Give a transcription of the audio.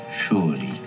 Surely